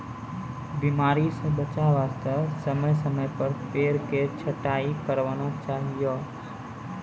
बीमारी स बचाय वास्तॅ समय समय पर पेड़ के छंटाई करवाना चाहियो